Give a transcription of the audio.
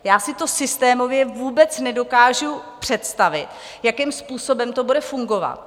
Já si to systémově vůbec nedokážu představit, jakým způsobem to bude fungovat.